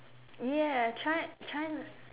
ya try try